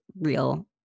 real